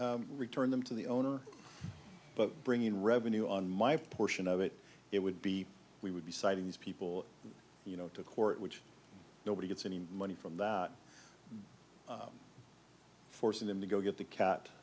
return them to the owner but bring in revenue on my portion of it it would be we would be citing these people you know to court which nobody gets any money from the forcing them to go get the cat